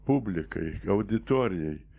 publikai auditorijai